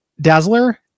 Dazzler